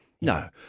No